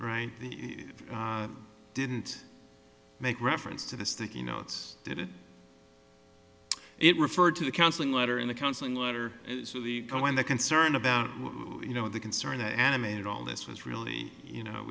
right the didn't make reference to the sticky notes that it it referred to the counseling letter in the counseling letter when they're concerned about you know the concern that animated all this was really you know it